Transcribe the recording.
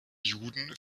juden